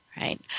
right